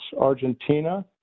Argentina